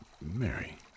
Mary